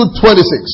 26